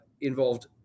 involved